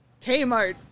Kmart